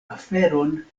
aferon